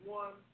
one